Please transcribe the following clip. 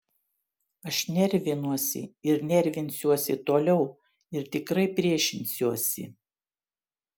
aš nervinuosi ir nervinsiuosi toliau ir tikrai priešinsiuosi